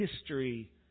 history